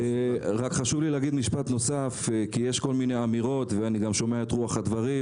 אני שומע אמירות וגם את רוח הדברים,